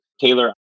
Taylor